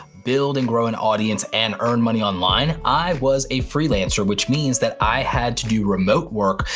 build and grow an audience and earn money online, i was a freelancer, which means that i had to do remote work,